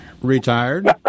retired